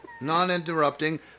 non-interrupting